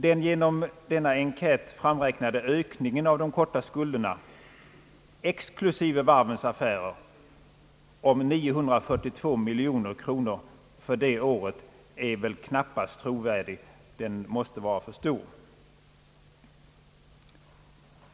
Den genom denna enkät framräknade ökningen av de korta skulderna, exklusive varvens affärer, om 942 miljoner kronor för det året är väl knappast trovärdig. Den måste vara för stor.